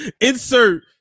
Insert